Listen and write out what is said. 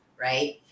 right